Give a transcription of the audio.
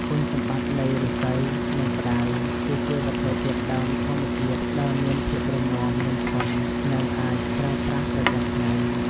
គុណសម្បត្តិនៃឫស្សី និងផ្តៅគឺជាវត្ថុធាតុដើមធម្មជាតិដែលមានភាពរឹងមាំ និង ធន់ នឹងអាចប្រើប្រាស់ប្រចាំថ្ងៃ។